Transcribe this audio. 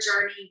journey